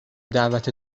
دعوت